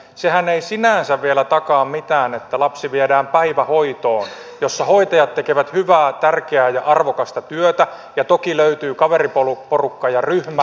sehän ei sinänsä vielä takaa mitään että lapsi viedään päivähoitoon jossa hoitajat tekevät hyvää tärkeää ja arvokasta työtä ja toki löytyy kaveriporukka ja ryhmä